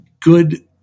good